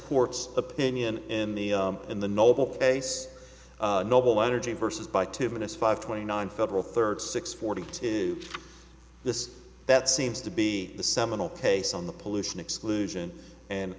court's opinion in the in the noble face noble energy vs by two minutes five twenty nine federal third six forty two this that seems to be the seminal case on the pollution exclusion and